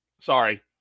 sorry